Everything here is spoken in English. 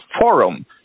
forum